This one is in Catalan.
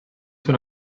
són